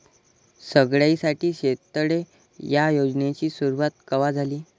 सगळ्याइसाठी शेततळे ह्या योजनेची सुरुवात कवा झाली?